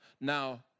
Now